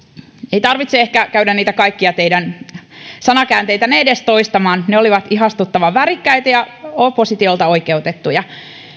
ei tarvitse ehkä käydä niitä kaikkia teidän sanakäänteitänne edes toistamaan ne olivat ihastuttavan värikkäitä ja oppositiolle oikeutettuja